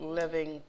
living